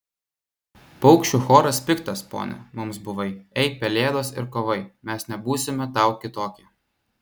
paukščių choras piktas pone mums buvai ei pelėdos ir kovai mes nebūsime tau kitokie